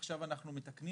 עכשיו אנחנו מתקנים